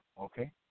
okay